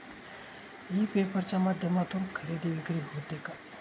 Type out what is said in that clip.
E paper च्या माध्यमातून खरेदी विक्री होते का?